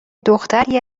دختری